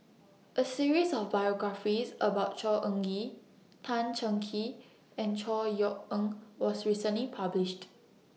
A series of biographies about Khor Ean Ghee Tan Cheng Kee and Chor Yeok Eng was recently published